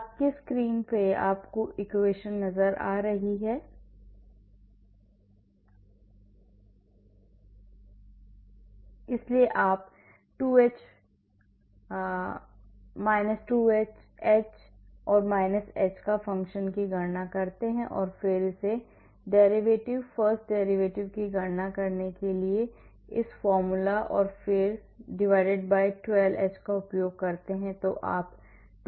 dydx y x2h 8 yxh - 8y y 12h इसलिए आप 2h 2h h और -h पर फ़ंक्शन की गणना करते हैं और फिरderivative first derivative की गणना करने के लिए इस सूत्र और फिर 12h का उपयोग करते हैं